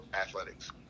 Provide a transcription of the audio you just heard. athletics